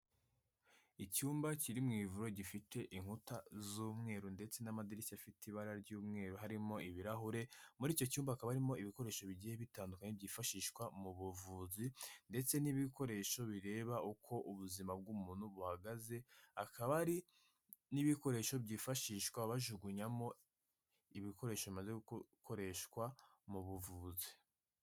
Icyumba kiri mu ivuriro gifite inkuta z'umweru ndetse n'amadirishya afite ibara ry'umweru, harimo ibirahure muri icyo cyumba hakaba harimo ibikoresho bigiye bitandukanye byifashishwa mu buvuzi, ndetse n'ibikoresho bireba uko ubuzima bw'umuntu buhagaze, hakaba hari n'ibikoresho byifashishwa bajugunyamo ibikoresho bimaze gukoreshwa mu buvuzi.